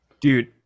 Dude